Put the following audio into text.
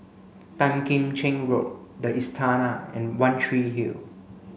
Tan Kim Cheng Road The Istana and One Tree Hill